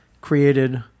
created